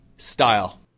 Style